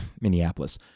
Minneapolis